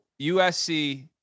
USC